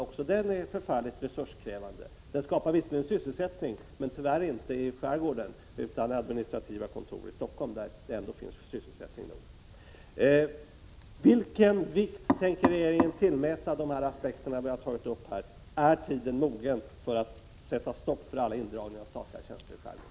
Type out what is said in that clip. Också den är mycket resurskrävande. Den skapar visserligen sysselsättning, men tyvärr inte i skärgården, utan vid administrativa kontor i Stockholm, där det ändå finns sysselsättning. Vilken vikt tänker regeringen tillmäta de aspekter som jag har tagit upp? Är tiden mogen för att sätta stopp för alla indragningar av statliga tjänster i skärgården?